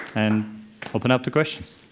and open up to questions.